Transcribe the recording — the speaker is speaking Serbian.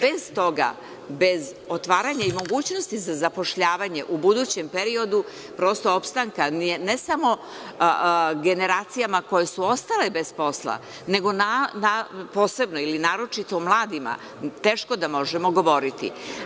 Bez toga, bez otvaranja i mogućnosti za zapošljavanje u budućem periodu, prosto opstanka je, ne samo generacijama koje su ostale bez posla, nego posebno ili naročito mladima, teško da možemo govoriti.